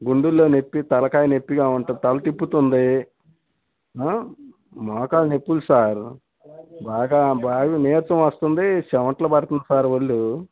గుండేల్లో నొప్పి తలకాయ నొప్పిగా ఉంటుంది తల తిప్పుతుంది మోకాలు నొప్పులు సార్ బాగా బాడి నీరసం వస్తుంది చెమట్లు పడుతుంది సార్ ఒళ్ళు